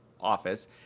office